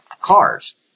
cars